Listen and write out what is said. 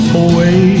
away